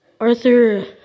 Arthur